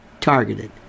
targeted